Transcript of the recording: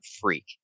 freak